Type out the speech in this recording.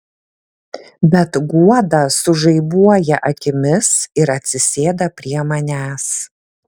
bet guoda sužaibuoja akimis ir atsisėda prie manęs